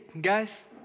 guys